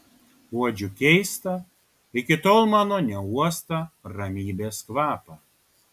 uodžiu keistą iki tol mano neuostą ramybės kvapą